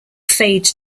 fade